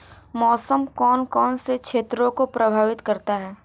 मौसम कौन कौन से क्षेत्रों को प्रभावित करता है?